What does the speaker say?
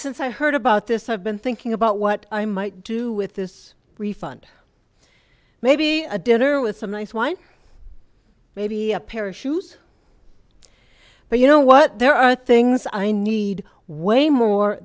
since i heard about this i've been thinking about what i might do with this refund maybe a dinner with some nice wine maybe a pair of shoes but you know what there are things i need way more